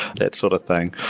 that sort of thing.